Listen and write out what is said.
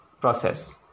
process